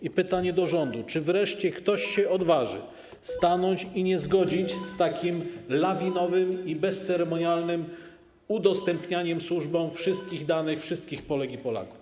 I pytanie do rządu: Czy wreszcie ktoś się odważy stanąć i nie zgodzić z takim lawinowym i bezceremonialnym udostępnianiem służbom wszystkich danych wszystkich Polek i Polaków?